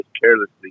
carelessly